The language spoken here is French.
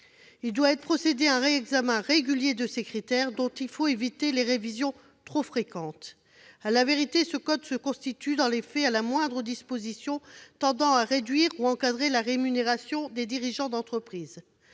Il doit être procédé à un réexamen régulier de ces critères dont il faut éviter les révisions trop fréquentes. » À la vérité, ce code se substitue, dans les faits, à la moindre disposition tendant à réduire ou encadrer la rémunération des dirigeants d'entreprise.